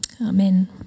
Amen